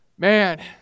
Man